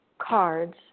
cards